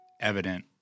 evident